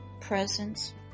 presence